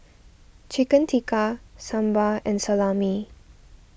Chicken Tikka Sambar and Salami